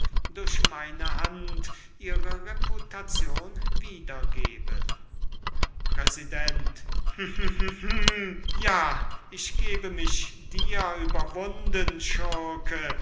durch meine hand ihre reputation wieder gebe präsident lacht unter kopfschütteln ja ich gebe mich dir überwunden schurke